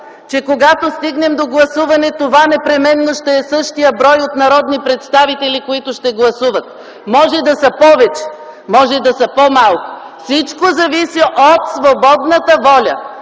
че когато стигнем до гласуване това непременно ще е същият брой от народни представители, които ще гласуват – може да са повече, може да са по-малко, всичко зависи от свободната воля